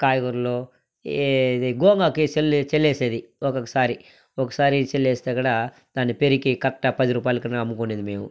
కాయగూరలు ఇది గోంగాకు చల్లే చల్లేసేది ఒకొకసారి ఒకసారి చల్లేస్తే కాడా దాన్ని పెరికి కట్ట పదిరూపాయలకి అమ్ముకొనేది మేము